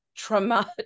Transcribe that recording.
Trauma